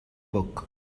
book